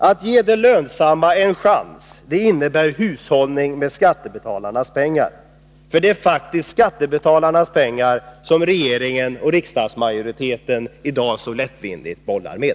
Att ge det lönsamma en chans innebär hushållning med skattebetalarnas pengar. Och det är faktiskt skattebetalarnas pengar som regeringen och riksdagsmajoriteten i dag så lättvindigt bollar med.